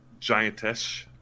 giantish